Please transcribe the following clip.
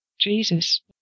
Jesus